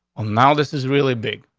well, now this is really big.